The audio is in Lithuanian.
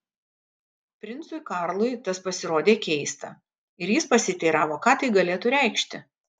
princui karlui tas pasirodė keista ir jis pasiteiravo ką tai galėtų reikšti